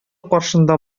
каршында